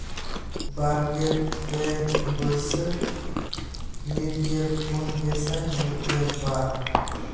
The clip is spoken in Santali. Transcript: ᱵᱟᱨᱜᱮᱞ ᱯᱮ ᱵᱟᱹᱭᱥᱟᱹᱠᱷ ᱢᱤᱫᱜᱮᱞ ᱯᱩᱱ ᱜᱮᱥᱟᱭ ᱢᱤᱫᱜᱮᱞ ᱵᱟᱨ